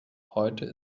heute